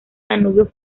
danubio